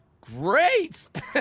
great